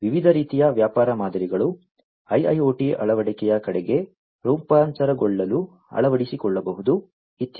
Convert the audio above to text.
ವಿವಿಧ ರೀತಿಯ ವ್ಯಾಪಾರ ಮಾದರಿಗಳು IIoT ಅಳವಡಿಕೆಯ ಕಡೆಗೆ ರೂಪಾಂತರಗೊಳ್ಳಲು ಅಳವಡಿಸಿಕೊಳ್ಳಬಹುದು ಇತ್ಯಾದಿ